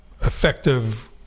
effective